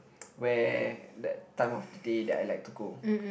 where that time of the day that I like to go